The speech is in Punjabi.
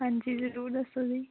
ਹਾਂਜੀ ਜ਼ਰੂਰ ਦੱਸੋ ਜੀ